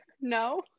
no